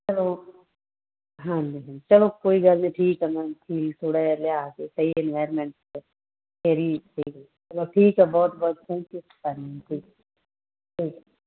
ਚੱਲੋ ਹਾਂਜੀ ਹਾਂਜੀ ਚੱਲੋ ਕੋਈ ਗੱਲ ਨਹੀਂ ਠੀਕ ਹੈ ਮੈਮ ਠੀਕ ਹੈ ਥੋੜ੍ਹਾ ਜਿਹਾ ਲਿਆ ਕੇ ਕਈ ਵਾਰ ਚੱਲੋ ਠੀਕ ਹੈ ਬਹੁਤ ਬਹੁਤ ਥੈਂਕਿ ਊ ਠੀਕ ਹੈ ਕੋਈ ਨਹੀਂ